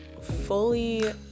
fully